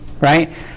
right